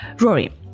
Rory